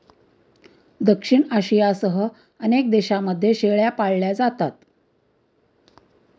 दक्षिण आशियासह अनेक देशांमध्ये शेळ्या पाळल्या जातात